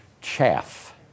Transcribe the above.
Chaff